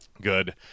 Good